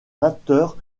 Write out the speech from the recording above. batteur